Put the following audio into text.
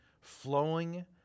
flowing